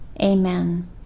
Amen